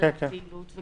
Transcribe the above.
הגבלת פעילות.